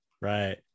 right